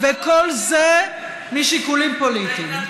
וכל זה משיקולים פוליטיים.